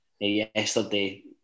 yesterday